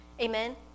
Amen